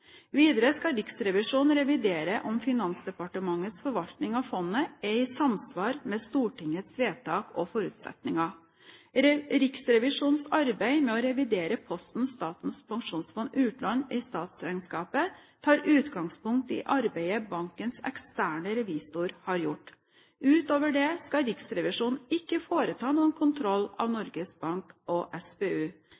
Videre skal Riksrevisjonen revidere om Finansdepartementets forvaltning av fondet er i samsvar med Stortingets vedtak og forutsetninger. Riksrevisjonens arbeid med å revidere posten Statens pensjonsfond utland i statsregnskapet tar utgangspunkt i arbeidet bankens eksterne revisor har gjort. Utover det skal Riksrevisjonen ikke foreta noen kontroll av